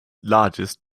largest